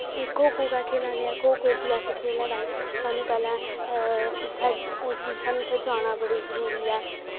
खो खो गै खेला ने ऐं खो खो गी गै अस खेलनै ताहीं सानूं पैह्लै सानूं उत्थै जाना बड़ा जरूरी ऐ